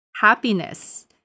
happiness